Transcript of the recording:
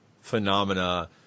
phenomena